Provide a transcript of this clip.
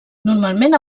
normalment